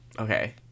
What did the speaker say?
Okay